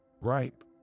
Ripe